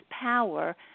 power